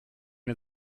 den